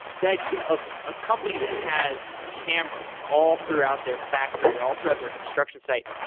the idea of a company that has cameras all throughout their factory or all throughout their construction site,